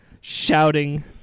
shouting